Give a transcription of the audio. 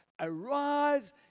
Arise